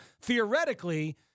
theoretically